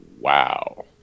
Wow